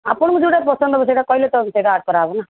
ଆପଣଙ୍କୁ ଯୋଉଟା ପସନ୍ଦ ହେବ ସେଇଟା କହିଲେ ତ ଆମେ ସେଇଟା ଆଡ୍ କରାହେବ ନା